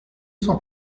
cent